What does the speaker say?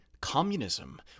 communism